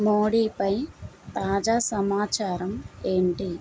మోడీపై తాజా సమాచారం ఏంటి